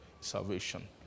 Salvation